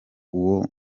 uwo